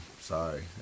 Sorry